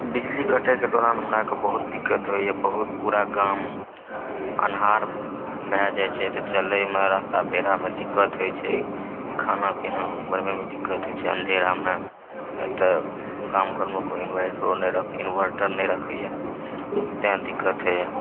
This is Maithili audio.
बिजली कटएके दौरान हमरा बहुत दिक्कत होइए बहुत पूरा गाम अन्हार भए जाइत छै तऽ चलैमे रस्ता पेरामे दिक्कत होइत छै खाना पीना बनबैमे दिक्कत होइत छै अंधेरामे तऽ गाम घरमे केओ इनवर्टरो नहि इनवर्टर नही राखैया ताहि दुआरे दिक्कत होइया